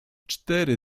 cztery